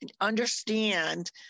understand